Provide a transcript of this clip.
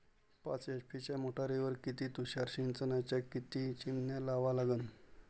पाच एच.पी च्या मोटारीवर किती तुषार सिंचनाच्या किती चिमन्या लावा लागन?